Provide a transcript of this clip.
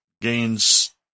gains